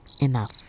enough